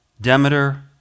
Demeter